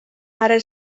ara